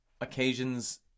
occasions